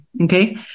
Okay